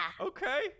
Okay